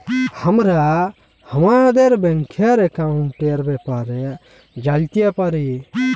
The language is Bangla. আমরা আমাদের ব্যাংকের একাউলটের ব্যাপারে জালতে পারি